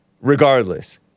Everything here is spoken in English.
regardless